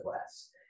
less